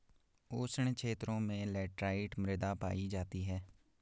उष्ण क्षेत्रों में लैटराइट मृदा पायी जाती है